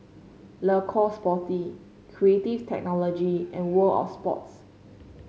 Le Coq Sportif Creative Technology and World Of Sports